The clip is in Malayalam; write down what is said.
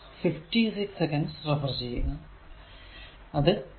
അത് 26